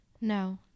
No